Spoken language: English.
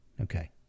Okay